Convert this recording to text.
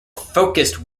focused